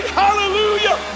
hallelujah